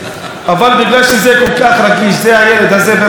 אבל בגלל שזה כל כך רגיש, זה הילד הזה, בן חמש.